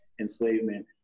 enslavement